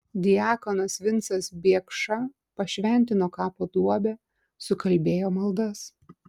diakonas vincas biekša pašventino kapo duobę sukalbėjo maldas